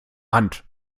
hand